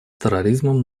терроризмом